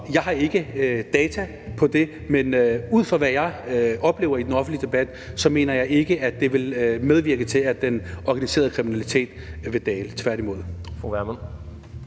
jeg har ikke data på det, men ud fra hvad jeg oplever i den offentlige debat, mener jeg ikke, at det vil medvirke til, at den organiserede kriminalitet vil dale, tværtimod. Kl.